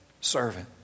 servant